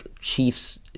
Chiefs